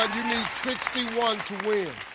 you need sixty one to win.